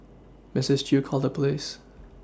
Misses Chew called the police